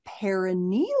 perineal